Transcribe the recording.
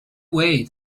way